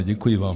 Děkuji vám.